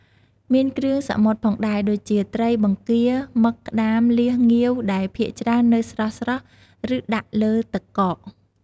មានគ្រឿងសមុទ្រផងដែរដូចជា ត្រី បង្គា មឹក ក្តាម លៀស ងាវ ដែលភាគច្រើននៅស្រស់ៗ ឬដាក់លើទឹកកក។